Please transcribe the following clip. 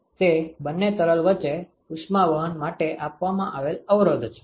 તે બંને તરલ વચ્ચે ઉષ્માવહન માટે આપવામાં આવેલ અવરોધ છે